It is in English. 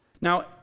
Now